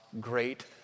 great